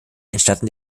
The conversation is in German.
entstanden